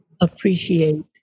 appreciate